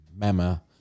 mamma